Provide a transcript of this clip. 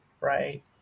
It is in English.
right